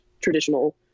traditional